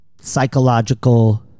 psychological